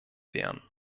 wären